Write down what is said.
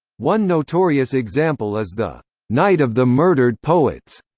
one notorious example is the night of the murdered poets,